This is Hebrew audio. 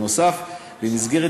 נוסף על כך,